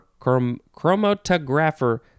chromatographer